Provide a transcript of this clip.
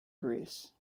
greece